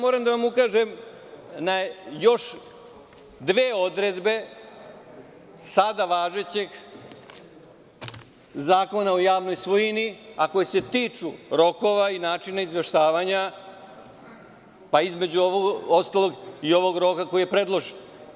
Moram da vam ukažem na još dve odredbe Zakona o javnoj svojini, a koje se tiču rokova i načina izveštavanja, pa između ostalog i ovog roka koji je predložen.